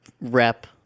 rep